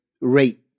rate